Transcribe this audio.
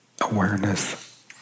Awareness